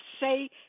say